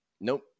Nope